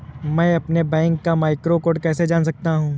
मैं अपने बैंक का मैक्रो कोड कैसे जान सकता हूँ?